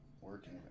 working